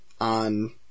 on